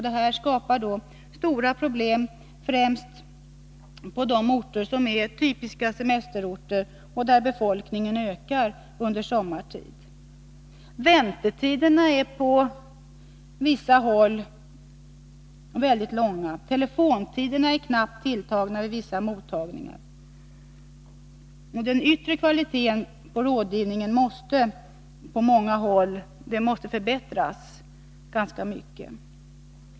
Detta skapar stora problem, främst på de orter som är typiska semesterorter och där befolkningen ökar under sommartid. Väntetiderna är på vissa håll oacceptabelt långa. Telefontiderna är knappt tilltagna vid vissa mottagningar. Den yttre kvaliteten på rådgivningen måste på många håll förbättras ganska mycket.